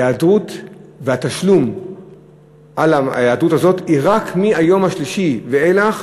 ההיעדרות הזאת היא רק מהיום השלישי ואילך,